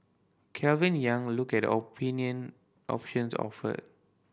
Calvin Yang look at the opinion options offered